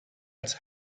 als